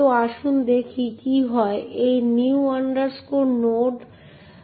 তো আসুন দেখি কি হয় এই new nodePLT এ